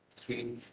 three